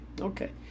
Okay